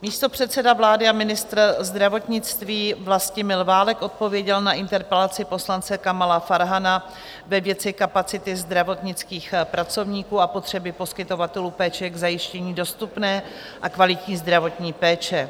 Místopředseda vlády a ministr zdravotnictví Vlastimil Válek odpověděl na interpelaci poslance Kamala Farhana ve věci kapacity zdravotnických pracovníků a potřeby poskytovatelů péče k zajištění dostupné a kvalitní zdravotní péče.